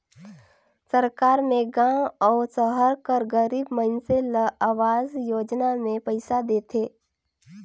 सरकार में गाँव अउ सहर कर गरीब मइनसे ल अवास योजना में पइसा देथे